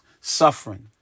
suffering